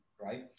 Right